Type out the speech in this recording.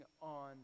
on